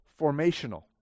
formational